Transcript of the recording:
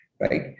right